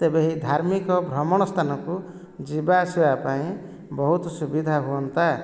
ତେବେ ଏହି ଧାର୍ମିକ ଭ୍ରମଣ ସ୍ଥାନକୁ ଯିବା ଆସିବା ପାଇଁ ବହୁତ ସୁବିଧା ହୁଅନ୍ତା